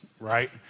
Right